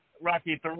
Rocky